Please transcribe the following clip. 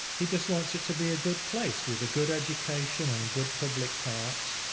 he just wants it to be a good place with a good education and good public parks.